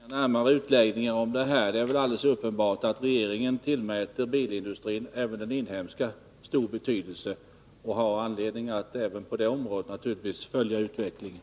Fru talman! Det behövs väl ingen närmare utläggning om detta. Det är uppenbart att regeringen tillmäter bilindustrin — även den inhemska — stor betydelse och har anledning att följa utvecklingen på området.